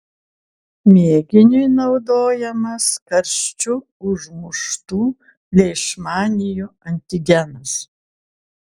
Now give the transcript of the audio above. mėginiui naudojamas karščiu užmuštų leišmanijų antigenas